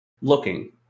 looking